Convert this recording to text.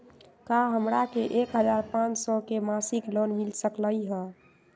का हमरा के एक हजार पाँच सौ के मासिक लोन मिल सकलई ह?